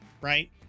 right